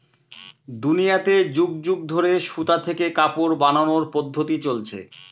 দুনিয়াতে যুগ যুগ ধরে সুতা থেকে কাপড় বানানোর পদ্ধপ্তি চলছে